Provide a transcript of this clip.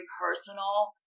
personal